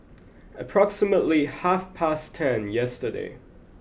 approximately half past ten yesterday